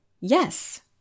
yes